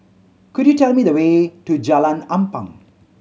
could you tell me the way to Jalan Ampang